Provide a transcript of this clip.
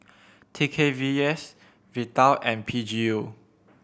T K V S Vital and P G U